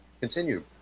continue